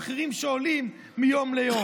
במחירים שעולים מיום ליום,